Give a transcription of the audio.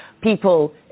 people